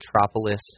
metropolis